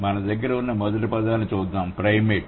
మన దగ్గర ఉన్న మొదటి పదాన్ని చూద్దాం ప్రైమేట్